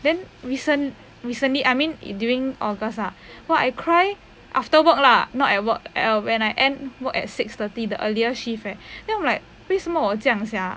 then recent recently I mean it during august ah !wah! I cry after work lah not at work err when I end work at six thirty the earlier shift eh then I'm like 为什么我这样 sia